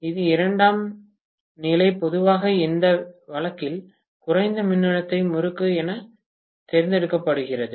தி இரண்டாம் நிலை பொதுவாக இந்த வழக்கில் குறைந்த மின்னழுத்த முறுக்கு எனத் தேர்ந்தெடுக்கப்படுகிறது